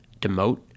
demote